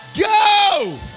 Go